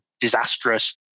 disastrous